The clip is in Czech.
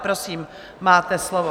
Prosím, máte slovo.